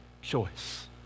choice